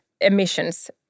emissions